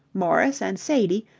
morris and saide,